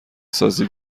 سازی